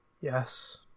Yes